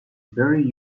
very